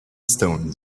stones